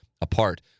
apart